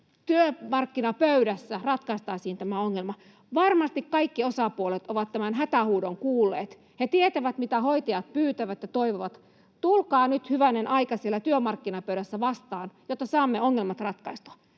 työmarkkinapöydässä ratkaistaisiin tämä ongelma. Varmasti kaikki osapuolet ovat tämän hätähuudon kuulleet. He tietävät, mitä hoitajat pyytävät ja toivovat. Tulkaa nyt, hyvänen aika, siellä työmarkkinapöydässä vastaan, jotta saamme ongelmat ratkaistua.